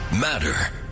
matter